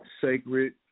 sacred